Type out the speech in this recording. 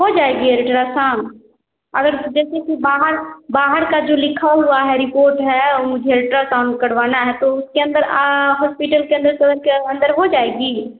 हो जाएगा अल्ट्रासाउन्ड और जैसे कि बाहर बाहर का जो लिखा हुआ है रिपोर्ट है और मुझे अल्ट्रासाउन्ड करवाना है तो उसके अंदर हास्पिटल के अंदर तुरंत के अंदर हो जाएगा